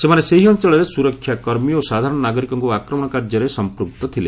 ସେମାନେ ସେହି ଅଞ୍ଚଳରେ ସୁରକ୍ଷା କର୍ମୀ ଓ ସାଧାରଣ ନାଗରିକଙ୍କୁ ଆକ୍ରମଣ କାର୍ଯ୍ୟରେ ସମ୍ପୂକ୍ତ ଥିଲେ